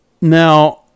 Now